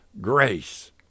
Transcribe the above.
grace